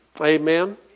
Amen